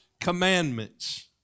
commandments